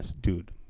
dude